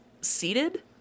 seated